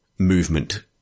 movement